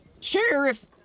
Sheriff